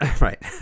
Right